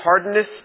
hardness